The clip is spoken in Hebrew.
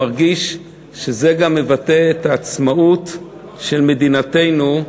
מרגיש שזה גם מבטא את העצמאות של מדינתנו,